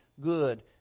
good